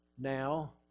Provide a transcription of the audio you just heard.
Now